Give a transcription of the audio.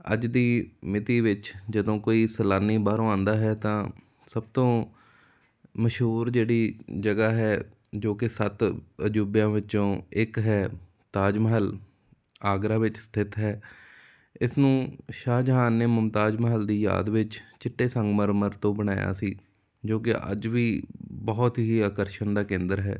ਅੱਜ ਦੀ ਮਿਤੀ ਵਿੱਚ ਜਦੋਂ ਕੋਈ ਸੈਲਾਨੀ ਬਾਹਰੋਂ ਆਉਂਦਾ ਹੈ ਤਾਂ ਸਭ ਤੋਂ ਮਸ਼ਹੂਰ ਜਿਹੜੀ ਜਗ੍ਹਾ ਹੈ ਜੋ ਕਿ ਸੱਤ ਅਜੂਬਿਆਂ ਵਿੱਚੋਂ ਇੱਕ ਹੈ ਤਾਜ ਮਹਿਲ ਆਗਰਾ ਵਿੱਚ ਸਥਿਤ ਹੈ ਇਸ ਨੂੰ ਸ਼ਾਹ ਜਹਾਨ ਨੇ ਮੁਮਤਾਜ਼ ਮਹਿਲ ਦੀ ਯਾਦ ਵਿੱਚ ਚਿੱਟੇ ਸੰਗਮਰਮਰ ਤੋਂ ਬਣਾਇਆ ਸੀ ਜੋ ਕਿ ਅੱਜ ਵੀ ਬਹੁਤ ਹੀ ਆਕਰਸ਼ਣ ਦਾ ਕੇਂਦਰ ਹੈ